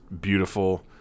beautiful